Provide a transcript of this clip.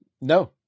No